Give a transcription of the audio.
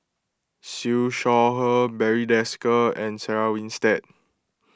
Siew Shaw Her Barry Desker and Sarah Winstedt